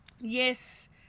yes